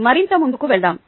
మరింత ముందుకు వెళ్దాం